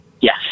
Yes